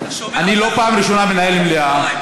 אני לא פעם ראשונה מנהל מליאה,